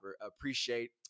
appreciate